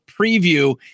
preview